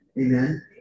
amen